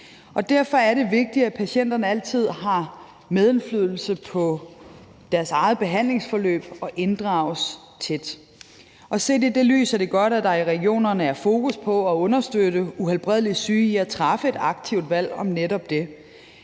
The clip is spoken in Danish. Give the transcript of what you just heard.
Derfor er det vigtigt, at patienterne altid har medindflydelse på deres eget behandlingsforløb, og at de inddrages tæt, og set i det lys er det godt, at der i regionerne er fokus på at understøtte uhelbredeligt syge i at træffe et aktivt valg om netop det.